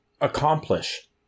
accomplish